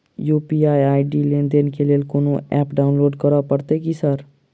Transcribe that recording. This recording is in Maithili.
यु.पी.आई आई.डी लेनदेन केँ लेल कोनो ऐप डाउनलोड करऽ पड़तय की सर?